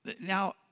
Now